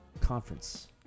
conference